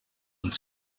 und